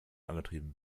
angetrieben